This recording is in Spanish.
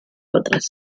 otras